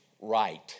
right